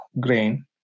grain